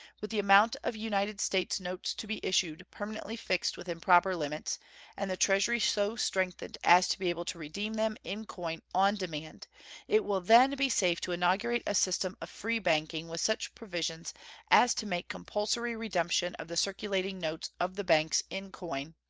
with the amount of united states notes to be issued permanently fixed within proper limits and the treasury so strengthened as to be able to redeem them in coin on demand it will then be safe to inaugurate a system of free banking with such provisions as to make compulsory redemption of the circulating notes of the banks in coin,